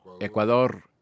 Ecuador